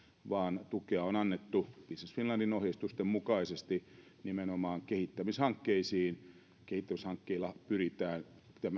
vaan tukea on annettu business finlandin ohjeistusten mukaisesti nimenomaan kehittämishankkeisiin kehittämishankkeilla pyritään